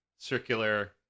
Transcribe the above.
circular